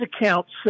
accounts